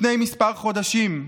לפני כמה חודשים?